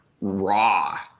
raw